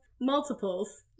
multiples